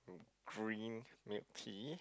g~ green milk tea